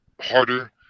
harder